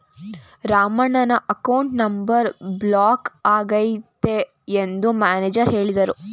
ರಾಮಣ್ಣನ account number block ಆಗಿದೆ ಎಂದು manager ಹೇಳಿದರು